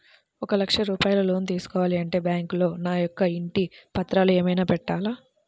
ఒక లక్ష రూపాయలు లోన్ తీసుకోవాలి అంటే బ్యాంకులో నా యొక్క ఇంటి పత్రాలు ఏమైనా పెట్టాలా?